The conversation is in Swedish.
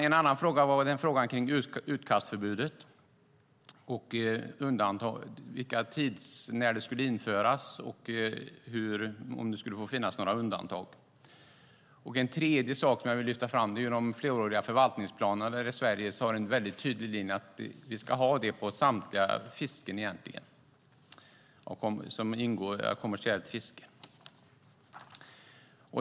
En annan fråga gällde utkastförbudet, när det skulle införas och om det skulle finnas några undantag. En tredje sak jag vill lyfta fram är de fleråriga förvaltningsplanerna. Sverige har en väldigt tydlig linje att vi ska ha det för samtliga fisken när det gäller kommersiellt fiske.